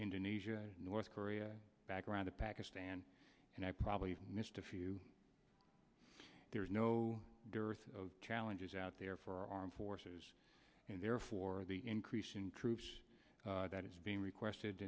indonesia north korea background of pakistan and i probably missed a few there is no dearth of challenges out there for our armed forces and therefore the increase in troops that is being requested